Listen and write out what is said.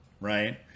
right